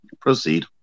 Proceed